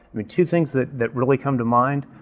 mean, two things that that really come to mind,